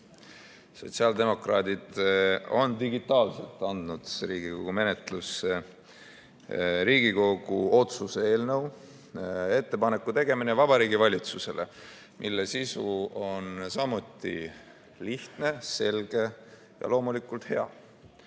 Sotsiaaldemokraadid on digitaalselt andnud Riigikogu menetlusse Riigikogu otsuse "Ettepaneku tegemine Vabariigi Valitsusele" eelnõu, mille sisu on samuti lihtne, selge ja loomulikult hea.